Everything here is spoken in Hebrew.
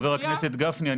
חבר הכנסת גפני,